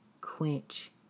quench